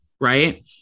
right